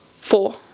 four